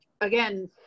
again